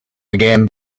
again